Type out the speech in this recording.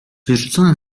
wyrzucona